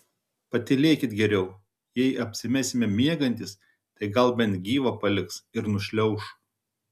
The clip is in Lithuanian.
patylėkit geriau jei apsimesime miegantys tai gal bent gyvą paliks ir nušliauš